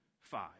five